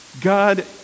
God